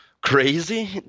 crazy